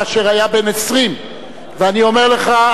כאשר היה בן 20. ואני אומר לך,